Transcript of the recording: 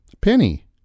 Penny